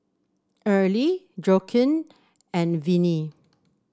Early Joaquin and Venie